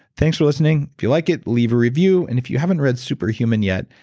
thanks for listening. if you like it leave a review, and if you haven't read super human yet,